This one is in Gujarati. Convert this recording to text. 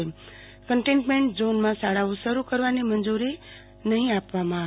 તેમજ કન્ટેઈન્મેન્ટ ઝોનમાં શાળાઓ શરૂ કરવાની મંજૂરી નહીં આપવામાં આવે